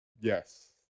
Yes